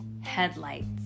headlights